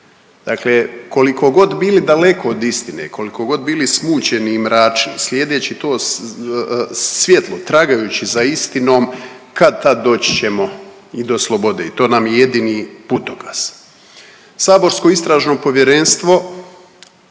Dakle, koliko god bili daleko od istine, koliko god bili smućeni i mračni slijedeći to svjetlo tragajući za istinom kad-tad doći ćemo i do slobode i to nam je jedini putokaz. Saborsko istražno povjerenstvo